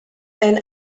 aon